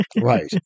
Right